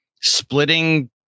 splitting